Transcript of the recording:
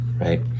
right